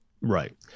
Right